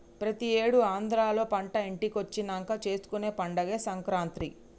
ప్రతి ఏడు ఆంధ్రాలో పంట ఇంటికొచ్చినంక చేసుకునే పండగే సంక్రాంతి